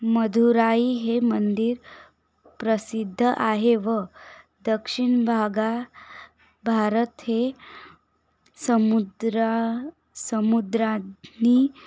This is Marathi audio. मदुराई हे मंदिर प्रसिद्ध आहे व दक्षिण भागा भारत हे समुद्रा समुद्राने